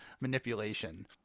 manipulation